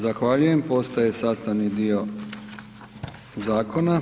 Zahvaljujem, postaje sastavni dio zakona.